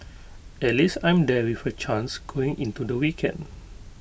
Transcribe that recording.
at least I'm there with A chance going into the weekend